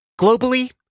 Globally